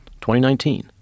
2019